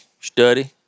study